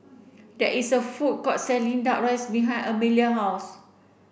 there is a food court selling duck rice behind Emilia house